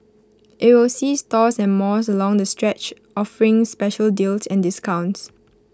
IT will see stores and malls along the stretch offering special deals and discounts